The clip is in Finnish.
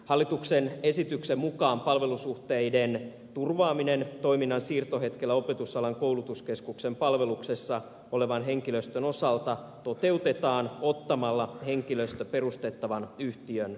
hallituksen esityksen mukaan palvelussuhteiden turvaaminen toiminnan siirtohetkellä opetusalan koulutuskeskuksen palveluksessa olevan henkilöstön osalta toteutetaan ottamalla henkilöstö perustettavan yhtiön palvelukseen